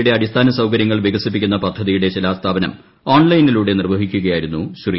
യുടെ അടിസ്ഥാന സൌകര്യങ്ങൾ വികസിപ്പിക്കുന്ന പദ്ധതിയുടെ ശിലാസ്ഥാപനം ഓൺലൈനിലൂടെ നിർവ്വഹിക്കുകയായിരുന്നു ശ്രീ